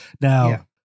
Now